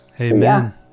Amen